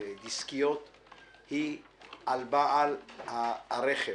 הדסקיות היא על בעל הרכב,